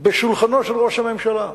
בשולחנו של ראש הממשלה,